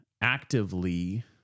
actively